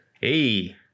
Hey